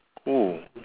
no